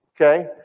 Okay